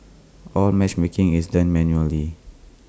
all matchmaking is done manually